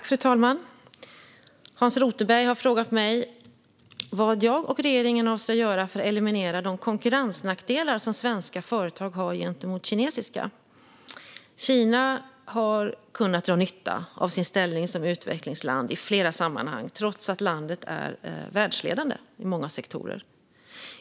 Fru talman! Hans Rothenberg har frågat mig vad jag och regeringen avser att göra för att eliminera de konkurrensnackdelar som svenska företag har gentemot kinesiska. Kina har kunnat dra nytta av sin ställning som utvecklingsland i flera sammanhang, trots att landet är världsledande i många sektorer.